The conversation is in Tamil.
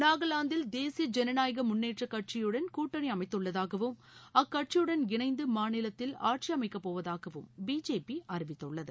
நாகாலாந்தில் தேசிய ஜனநாயக முன்னேற்ற கட்சியுடன் கூட்டணி அமைத்துள்ளதாகவும் அக்கட்சியுடன் இணைந்து மாநிலத்தில் ஆட்சி அமைக்கப்போவதாகவும் பிஜேபி அறிவித்துள்ளது